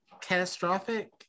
Catastrophic